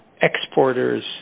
exporters